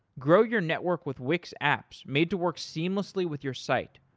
grow your network with wix apps made to work seamlessly with your site.